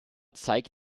zeigt